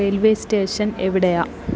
railway station എവിടെയാ